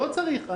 לא צריך,